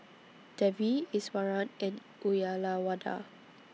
Devi Iswaran and Uyyalawada